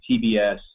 TBS